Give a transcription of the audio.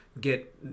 get